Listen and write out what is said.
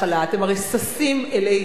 אתם הרי ששים אלי הרס.